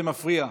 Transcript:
זה מפריע.